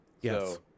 Yes